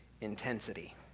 intensity